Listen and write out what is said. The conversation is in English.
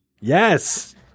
Yes